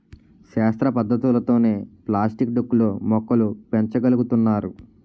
శాస్త్ర పద్ధతులతోనే ప్లాస్టిక్ డొక్కు లో మొక్కలు పెంచ గలుగుతున్నారు